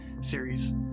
series